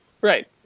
Right